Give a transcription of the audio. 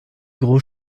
gros